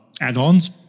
add-ons